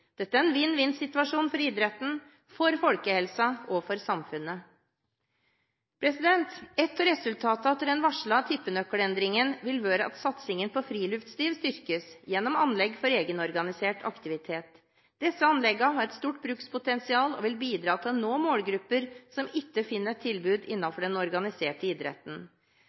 Dette er en vinn-vinn-situasjon for idretten, for folkehelsen og for samfunnet. Et av resultatene av den varslede tippenøkkelendringen vil være at satsingen på friluftsliv styrkes gjennom anlegg for egenorganisert aktivitet. Disse anleggene har et stort brukspotensial og vil bidra til å nå målgrupper som ikke finner et tilbud innenfor den organiserte idretten.